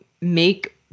make